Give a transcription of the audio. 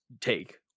take